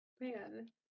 Man